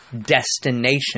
destination